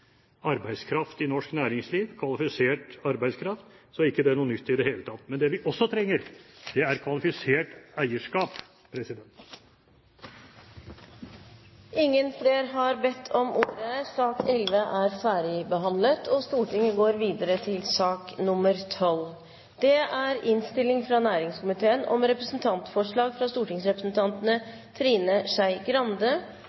arbeidskraft i norsk næringsliv – kvalifisert arbeidskraft – er ikke det noe nytt i det hele tatt. Men det vi også trenger, er kvalifisert eierskap. Flere har ikke bedt om ordet til sak nr. 11. Etter ønske fra næringskomiteen